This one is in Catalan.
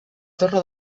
torre